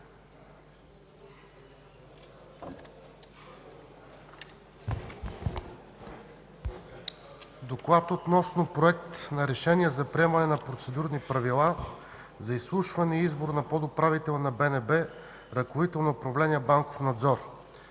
гласуване Проект на решение за приемане на процедурни правила за изслушване и избор на подуправител на БНБ, ръководител на управление „Банков надзор”.